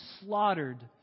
slaughtered